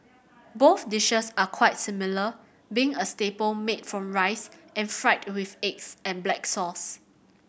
both dishes are quite similar being a staple made from rice and fried with eggs and black sauce